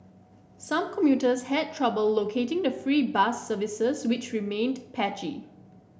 some commuters had trouble locating the free bus services which remained patchy